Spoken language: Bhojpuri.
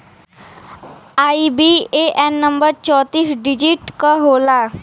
आई.बी.ए.एन नंबर चौतीस डिजिट क होला